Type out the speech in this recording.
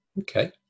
okay